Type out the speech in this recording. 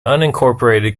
unincorporated